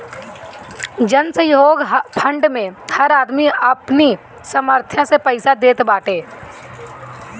जनसहयोग फंड मे हर आदमी अपनी सामर्थ्य से पईसा देत बाटे